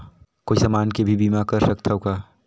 कोई समान के भी बीमा कर सकथव का?